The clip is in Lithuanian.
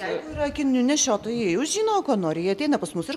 jeigu yra akinių nešiotojai jie jau žino ko nori jie ateina pas mus ir